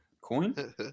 Coin